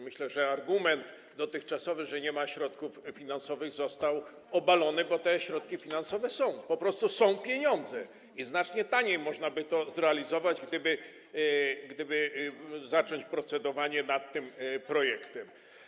Myślę, że dotychczasowy argument, że nie ma środków finansowych, został obalony, bo te środki finansowe są, po prostu są pieniądze i znacznie taniej można by to zrealizować, gdyby zacząć procedowanie nad tym projektem.